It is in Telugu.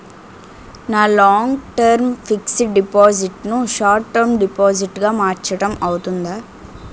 నా లాంగ్ టర్మ్ ఫిక్సడ్ డిపాజిట్ ను షార్ట్ టర్మ్ డిపాజిట్ గా మార్చటం అవ్తుందా?